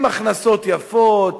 עם הכנסות יפות.